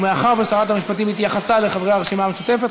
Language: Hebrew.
ומאחר ששרת המשפטים התייחסה לחברי הרשימה המשותפת,